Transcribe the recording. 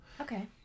Okay